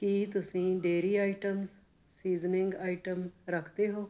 ਕੀ ਤੁਸੀਂ dairy items seasoning item ਰੱਖਦੇ ਹੋ